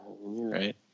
Right